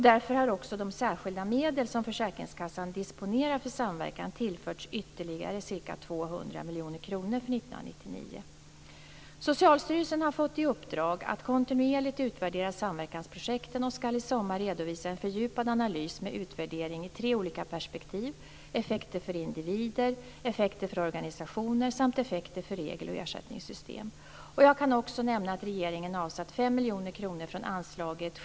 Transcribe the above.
Därför har också de särskilda medel som försäkringskassan disponerar för samverkan tillförts ytterligare ca 200 Socialstyrelsen har fått i uppdrag att kontinuerligt utvärdera samverkansprojekten och skall i sommar redovisa en fördjupad analys med utvärdering i tre olika perspektiv: effekter för individer, effekter för organisationer samt effekter för regel och ersättningssystem. Jag kan också nämna att regeringen avsatt 5 miljoner kronor från anslaget A1.